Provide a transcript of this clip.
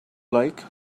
like